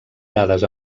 dades